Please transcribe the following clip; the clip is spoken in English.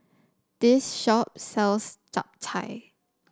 this shop sells Chap Chai